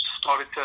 started